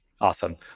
Awesome